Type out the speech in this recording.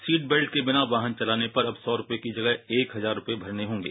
seat belt के बिना वाहन चलाने पर अब सौ रुपये की जगह एक हजार रुपये भरने होंगे